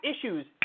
issues